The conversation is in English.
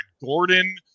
Gordon